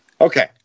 Okay